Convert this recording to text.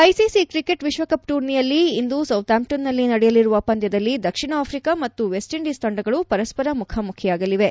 ICC cricket ವಿಶ್ವಕಪ್ ಟೂರ್ನಿಯಲ್ಲಿ ಇಂದು ಸೌಂತಾಪ್ಲನ್ನಲ್ಲಿ ನಡೆಯಲಿರುವ ಪಂದ್ಲದಲ್ಲಿ ದಕ್ಷಿಣ ಆಫ್ರಿಕಾ ಮತ್ತು ಮೆಸ್ಟ್ ಇಂಡೀಸ್ ತಂಡಗಳು ಪರಸ್ಪರ ಮುಖಾಮುಖಿಯಾಗಲಿವೆ